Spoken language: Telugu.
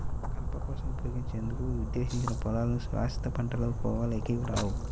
కలప కోసం ఉపయోగించేందుకు ఉద్దేశించిన పొలాలు శాశ్వత పంటల కోవలోకి రావు